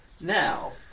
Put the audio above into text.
now